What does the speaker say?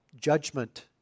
judgment